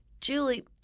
Julie